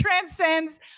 transcends